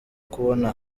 kubona